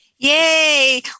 Yay